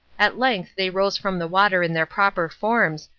at length they rose from the water in their proper forms,